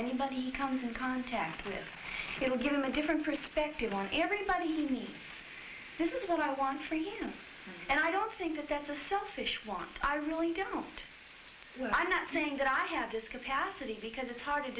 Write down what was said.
anybody comes in contact with it will give them a different perspective on everybody this is what i want for you and i don't think that's a selfish one i really don't i'm not saying that i have this capacity because it's hard to